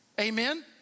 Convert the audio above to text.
Amen